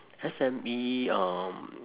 S_M_E um